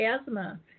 asthma